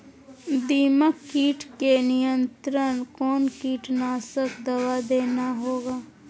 दीमक किट के नियंत्रण कौन कीटनाशक दवा देना होगा?